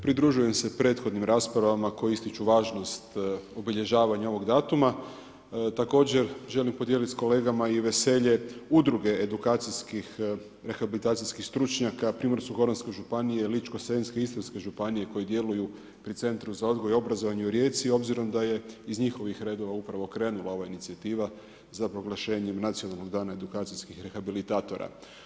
Pridružujem se prethodnim raspravama koje ističu važnost obilježavanja ovog datuma, također želim podijeliti sa kolegama i veselje udruge edukacijskih rehabilitacijskih stručnjaka Primorsko-goranske županije, Ličko-senjske, Istarske županije koje djeluju pri Centru za odgoj i obrazovanje u Rijeci obzirom da je iz njihovih redova upravo krenula ova inicijativa za proglašenjem Nacionalnog dana edukacijskih rehabilitatora.